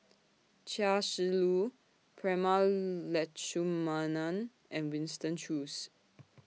Chia Shi Lu Prema Letchumanan and Winston Choos